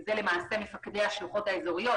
אלה למעשה מפקדי השלוחות האזוריות.